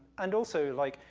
and also, like,